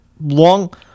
long